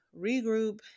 regroup